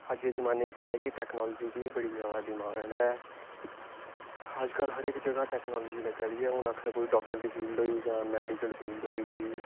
अज्ज दे जमान्ने केह् ऐ कि टैकनालजी दी बड़ी जादा डिमांड ऐ अज्ज कल हर इक जगह् टैकनालजी लग्गा दी ऐ हून आक्खां कि कोई डाक्टर दी फील्ड होई जां मैडिकल फील्ड होई